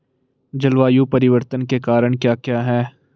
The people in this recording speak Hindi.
जलवायु परिवर्तन के कारण क्या क्या हैं?